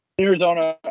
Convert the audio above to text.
Arizona